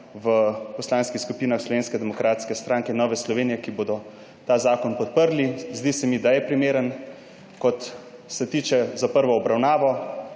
v Poslanskih skupinah Slovenske demokratske stranke in Nove Slovenije, ki bodo ta zakon podprli. Zdi se mi, da je primeren, kot se tiče, za prvo obravnavo.